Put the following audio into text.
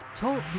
Talk